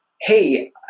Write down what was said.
hey –